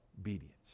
obedience